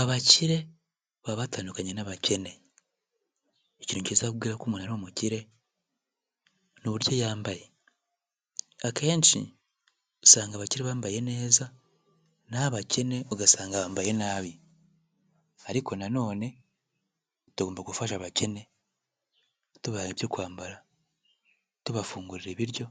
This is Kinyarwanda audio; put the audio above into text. Abakire baba batandukanye n'abakene. Ikintu cyikubwira ko umuntu ari umukire n'uburyo yambaye akenshi usanga abakire bambaye neza, naho abakene ugasanga bambaye nabi ariko nanone tugomba gufasha abakene, tubaha ibyo kwambara tubafungurira ibiryo